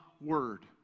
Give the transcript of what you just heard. word